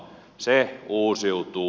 se uusiutuu